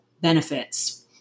benefits